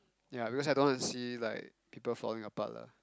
ya because I don't want to see like people falling apart lah